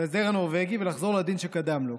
לבטל את ההסדר הנורבגי ולחזור לדין שקדם לו.